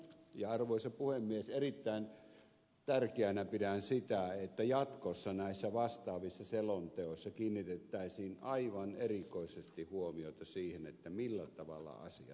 ja arvoisa puhemies erittäin tärkeänä pidän sitä että jatkossa näissä vastaavissa selonteoissa kiinnitettäisiin aivan erikoisesti huomiota siihen millä tavalla asiat esitellään